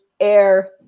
air